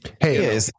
Hey